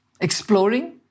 exploring